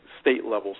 state-level